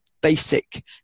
basic